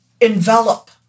envelop